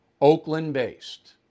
Oakland-based